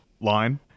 line